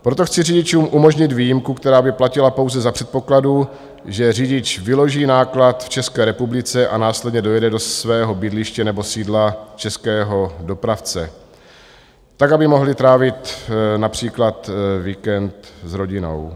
Proto chci řidičům umožnit výjimku, která by platila pouze za předpokladu, že řidič vyloží náklad v České republice a následně dojede do svého bydliště nebo sídla českého dopravce tak, aby mohli trávit například víkend s rodinou.